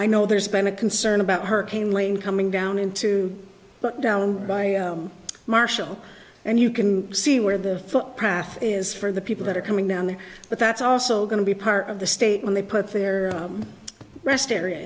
i know there's been a concern about hurricane lane coming down into but down by marshall and you can see where the footpath is for the people that are coming down there but that's also going to be part of the state when they put their rest area